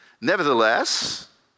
Nevertheless